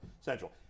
central